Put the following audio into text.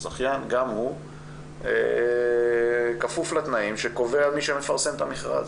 גם זכיין כפוף לתנאים שקובע מי שמפרסם את המכרז